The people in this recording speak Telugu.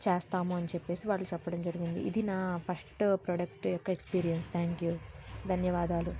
చేస్తాము అని చెప్పి వాళ్ళు చెప్పడం జరిగింది ఇది నా ఫస్ట్ ప్రోడక్ట్ యొక్క ఎక్స్పీరియన్స్ థ్యాంక్ యూ ధన్యవాదాలు